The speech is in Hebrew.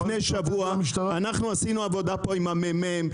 לפני שבוע עשינו עבודה פה עם הממ"מ,